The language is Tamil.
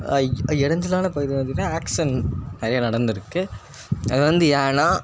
இடஞ்சலான பகுதியில் வந்து ஆக்சிடன்ட் நிறையா நடந்திருக்கு அது வந்து ஏன்னா